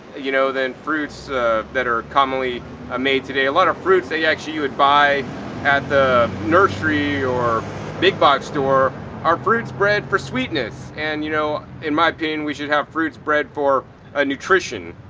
you know, than fruits that are commonly ah made today. a lot of fruits that actually you would buy at the nursery or big box store are fruits bred for sweetness. and, you know, in my opinion we should have fruits bred for ah nutrition.